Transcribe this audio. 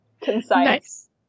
concise